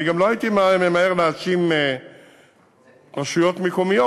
אני גם לא הייתי ממהר להאשים רשויות מקומיות.